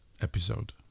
episode